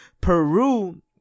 Peru